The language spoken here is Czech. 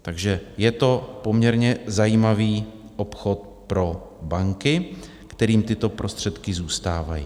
Takže je to poměrně zajímavý obchod pro banky, kterým tyto prostředky zůstávají.